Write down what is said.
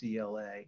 CLA